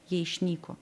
jie išnyko